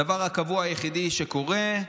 הדבר הקבוע היחיד שקורה,